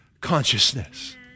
consciousness